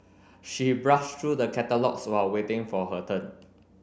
she browsed through the catalogues while waiting for her turn